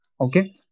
Okay